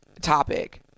topic